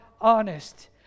honest